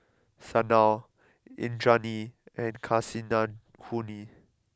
Sanal Indranee and Kasinadhuni